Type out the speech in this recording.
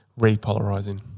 repolarizing